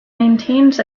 maintains